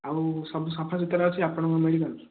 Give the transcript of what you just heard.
ଆଉ ସବୁ ସଫାସୁତରା ଅଛି ଆପଣଙ୍କ ମେଡ଼ିକାଲ